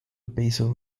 basal